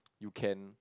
you can